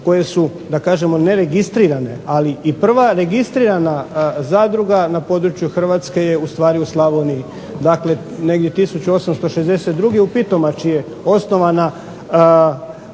koje su da kažemo neregistrirane, ali i prva registrirana zadruga na području Hrvatske je ustvari u Slavoniji. Dakle, negdje 1862. u Pitomači je osnovana